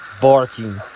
barking